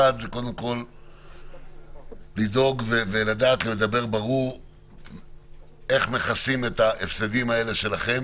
אחד זה לראות איך מכסים את ההפסדים שלכם